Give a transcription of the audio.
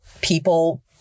people